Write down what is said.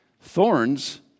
Thorns